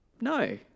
No